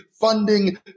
funding